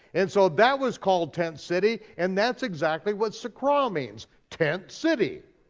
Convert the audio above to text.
and so that was called tent city, and that's exactly what sakkara means, tent city.